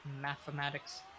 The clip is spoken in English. Mathematics